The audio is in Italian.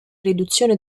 riduzione